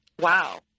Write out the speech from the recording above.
wow